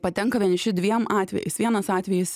patenka vieniši dviem atvejais vienas atvejis